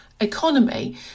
Economy